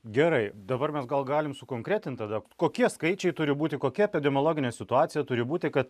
gerai dabar mes gal galim sukonkretint tada kokie skaičiai turi būti kokia epidemiologinė situacija turi būti kad